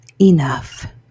enough